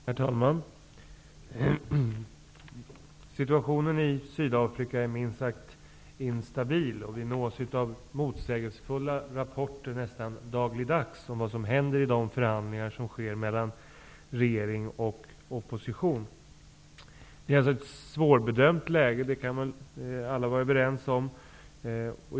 Herr talman! Situationen i Sydafrika är minst sagt instabil, och vi nås av motsägelsefulla rapporter nästan dagligdags om vad som händer i de förhandlingar som förs mellan regering och opposition. Att det är ett svårbedömt läge kan alla vara överens om.